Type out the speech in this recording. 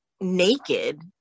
naked